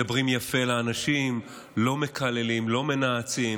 מדברים יפה לאנשים, לא מקללים, לא מנאצים,